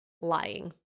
lying